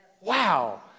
Wow